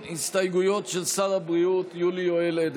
יש הסתייגויות של קבוצת סיעת ימינה,